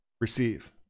receive